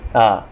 ah